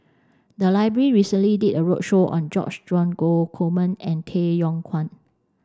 the library recently did a roadshow on George Dromgold Coleman and Tay Yong Kwang